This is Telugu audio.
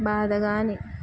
బాధగాని